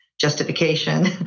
justification